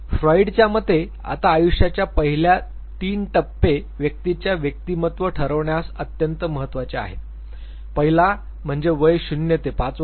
फ्रायडच्या मते आता आयुष्याच्या पहिल्या तीन टप्पे व्यक्तीच्या व्यक्तिमत्त्व ठरवण्यास अत्यंत महत्वाचे आहेत पहिला म्हणजे वय 0 ते 5 वर्षे